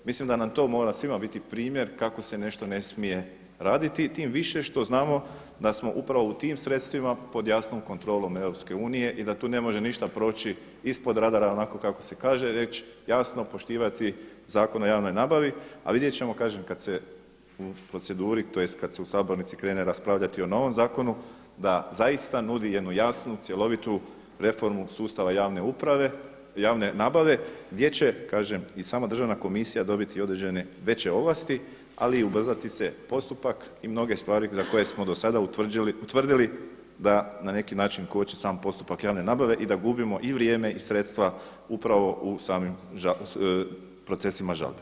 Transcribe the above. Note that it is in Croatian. Mislim da nam to mora svima biti primjer kako se nešto ne smije raditi i tim više što znamo da smo upravo u tim sredstvima pod jasnom kontrolom Europske unije i da tu ne može ništa proći „ispod radara“ onako kako se kaže, reći, jasno poštivati Zakon o javnoj nabavi, a vidjet ćemo, kažem kada se u proceduri, tj. kada se u sabornici krene raspravljati o novom zakonu da zaista nudi jednu jasnu, cjeloviti reformu sustava javne nabave gdje će, kažem i sama državna komisija dobiti određene veće ovlasti, ali i ubrzati se postupak i mnoge stvari za koje smo do sada utvrdili da na neki način koče sam postupak javne nabave i da gubimo i vrijeme, i sredstva upravo u samim procesima žalbe.